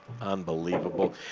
Unbelievable